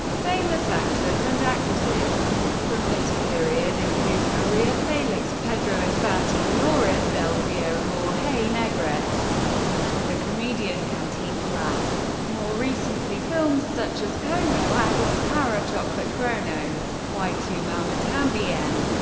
famous actors and actresses from this period include maria felix, pedro infante, dolores del rio, jorge negrete and the comedian cantinflas. more recently, films such as como agua para chocolate, cronos, y tu mama tambien,